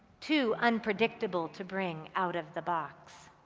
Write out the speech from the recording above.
too unpredictable to bring out of the box.